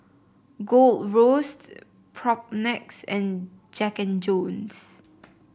Gold Roast Propnex and Jack And Jones